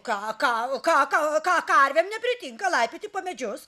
ka ka ka ka karvėm nepritinka laipioti po medžius